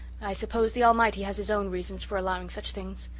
i suppose the almighty has his own reasons for allowing such things.